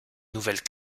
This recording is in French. nouvelles